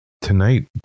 Tonight